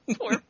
Poor